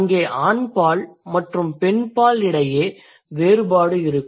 அங்கே ஆண்பால் மற்றும் பெண்பால் இடையே வேறுபாடு இருக்கும்